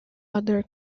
other